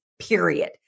period